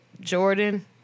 Jordan